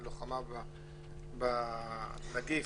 הלוחמה בנגיף,